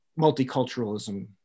multiculturalism